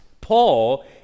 Paul